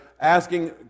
asking